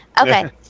Okay